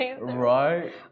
right